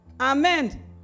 Amen